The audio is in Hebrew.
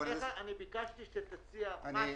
ביקשתי שתציע משהו.